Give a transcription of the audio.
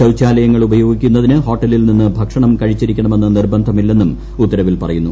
ശൌചാലയങ്ങൾ ഉപയോഗിക്കുന്നതിന് ഹോട്ടലിൽ നിന്ന് ഭക്ഷണം കഴിച്ചിരിക്കണമെന്ന് നിർബന്ധമില്ലെന്നും ഉത്തരവിൽ പറയുന്നു